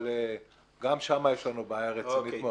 אבל גם שם יש לנו בעיה רצינית מאוד.